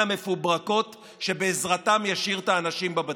מפוברקות שבעזרתן ישאיר את כולנו בבתים.